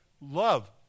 love